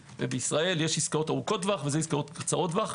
בישראל יש עסקאות ארוכות טווח ואלה עסקאות קצרות טווח.